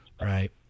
right